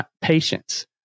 patience